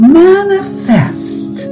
manifest